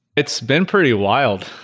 it's been pretty wild.